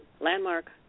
Landmark